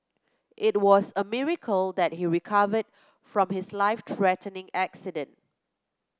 it was a miracle that he recovered from his life threatening accident